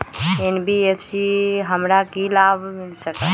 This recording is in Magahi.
एन.बी.एफ.सी से हमार की की लाभ मिल सक?